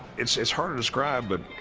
it's it's hard to describe but